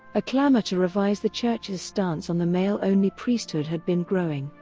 a clamor to revise the church's stance on the male-only priesthood had been growing,